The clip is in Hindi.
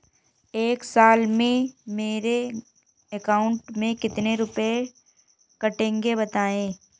एक साल में मेरे अकाउंट से कितने रुपये कटेंगे बताएँ?